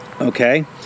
Okay